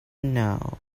know